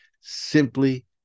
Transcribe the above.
simply